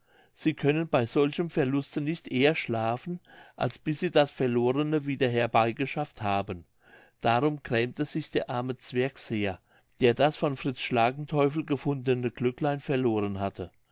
sie können bei solchem verluste nicht eher schlafen als bis sie das verlorne wieder herbeigeschafft haben darum grämte sich der arme zwerg sehr der das von fritz schlagenteufel gefundene glöcklein verloren hatte